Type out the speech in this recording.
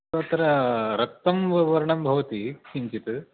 तत्र रक्तं वर्णं भवति किञ्चित्